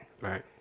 Right